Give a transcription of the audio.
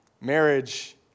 Marriage